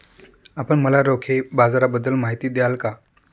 आपण मला रोखे बाजाराबद्दल माहिती द्याल का?